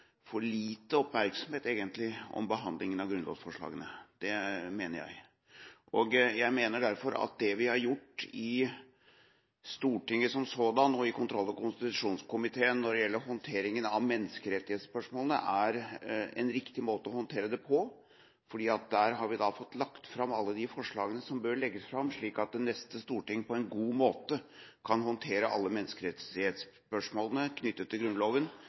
for lite oppmerksomhet om behandlingen av grunnlovsforslagene. Det mener jeg. Jeg mener derfor at det vi har gjort i Stortinget som sådan og i kontroll- og konstitusjonskomiteen når det gjelder håndteringen av menneskerettighetsspørsmålene, er en riktig måte å håndtere det på. Der har vi fått lagt fram alle de forslagene som bør legges fram, slik at det neste storting på en god måte kan håndtere alle menneskerettighetsspørsmålene knyttet til Grunnloven